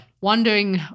wondering